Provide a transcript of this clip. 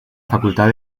facultad